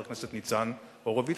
או כמו שאמר חבר הכנסת ניצן הורוביץ,